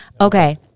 Okay